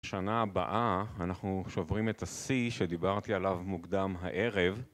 בשנה הבאה אנחנו שוברים את השיא שדיברתי עליו מוקדם הערב